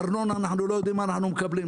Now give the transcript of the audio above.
ארנונה אנחנו לא יודעים מה אנחנו מקבלים,